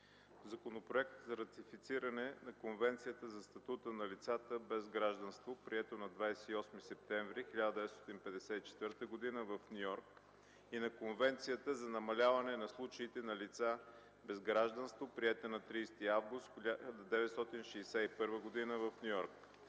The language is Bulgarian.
Законопроект за ратифициране на Конвенцията за статута на лицата без гражданство, приета на 28 септември 1954 г. в Ню Йорк, и на Конвенцията за намаляване на случаите на лица без гражданство, приета на 30 август 1961 г. в Ню Йорк,